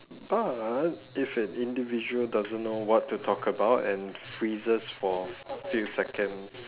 but if an individual doesn't know what to talk about and freezes for few seconds